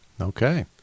Okay